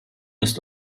ist